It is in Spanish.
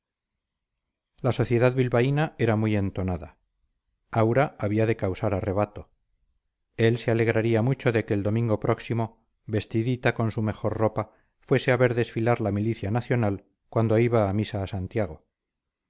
la sociedad bilbaína era muy entonada aura había de causar arrebato él se alegraría mucho de que el domingo próximo vestidita con su mejor ropa fuese a ver desfilar la milicia nacional cuando iba a misa a santiago